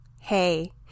Hey